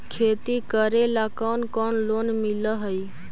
खेती करेला कौन कौन लोन मिल हइ?